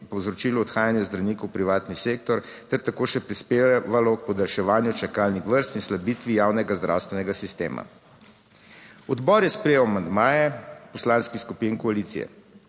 povzročilo odhajanje zdravnikov v privatni sektor ter tako še prispevalo k podaljševanju čakalnih vrst in slabitvi javnega zdravstvenega sistema. Odbor je sprejel amandmaje poslanskih skupin koalicije.